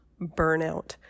burnout